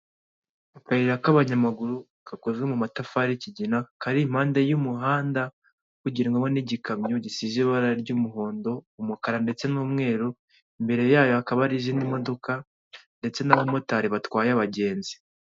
Mu muhanda hari abantu benshi bari guturuka mu mpande zitandukanye. Hari umuhanda w'abanyamaguru hejuru hari na kaburimbo iri kunyuramo moto hagati aho abantu ba bari kunyura cyangwa ku mpande z'uwo muhanda abanyamaguru bari kunyuramo hari inyubako ku ruhande rw'iburyo no kuhande rw'ibumoso hino hari ipoto.